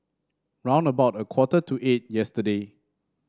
round about a quarter to eight yesterday